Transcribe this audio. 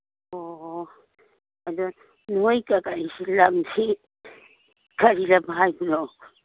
ꯑꯣ ꯑꯗꯨ ꯅꯣꯏ ꯀꯩꯀꯩ ꯂꯝꯁꯤ ꯀꯔꯤ ꯂꯝ ꯍꯥꯏꯕꯅꯣ